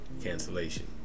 Cancellation